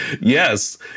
yes